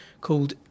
called